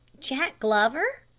jack glover?